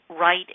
right